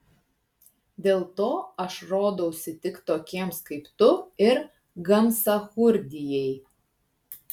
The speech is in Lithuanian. dėl to aš rodausi tik tokiems kaip tu ir gamsachurdijai